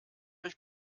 euch